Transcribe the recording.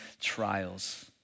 trials